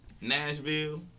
Nashville